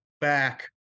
back